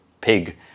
pig